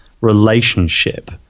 relationship